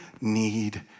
need